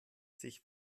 sich